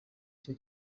icyo